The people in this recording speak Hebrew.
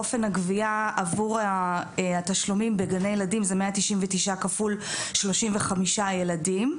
אופן הגבייה עבור התשלומים בגני ילדים זה 199 כפול 35 ילדים.